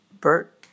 Bert